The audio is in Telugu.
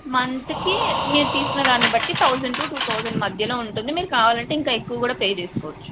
మంత్కి మీరు తీసుకున్నదాన్ని బట్టి థౌజండ్ టు టూ థౌజండ్ మధ్యలో ఉంటుంది మీరు కావాలనుకుంటే ఇంకా ఎక్కువ కూడా పే చేసుకోవచ్చు